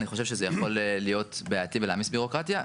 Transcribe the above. אני חושב שזה יכול להיות בעייתי ולהעמיס בירוקרטיה.